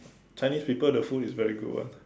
Chinese people the food is very good [one]